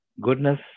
goodness